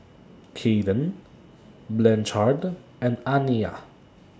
Kaden Blanchard and Aniyah